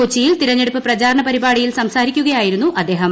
കൊച്ചിയിൽ തിരഞ്ഞെടുപ്പ് പ്രചാരണ പരിപാടിയിൽ സംസാരിക്കുകയായിരുന്നു അദ്ദേഹം